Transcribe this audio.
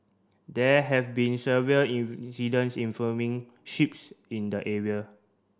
there have been severe incidents involving ships in the area